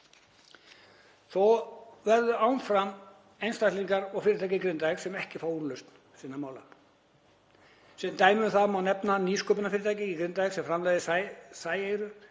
Þó verða áfram einstaklingar og fyrirtæki í Grindavík sem ekki fá úrlausn sinna mála. Sem dæmi um það má nefna nýsköpunarfyrirtæki í Grindavík sem framleiðir sæeyru.